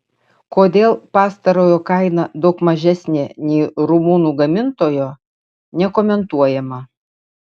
kodėl pastarojo kaina daug mažesnė nei rumunų gamintojo nekomentuojama